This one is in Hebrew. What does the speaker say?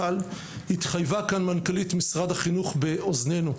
התחייבה כאן מנכ"לית משרד החינוך באוזננו,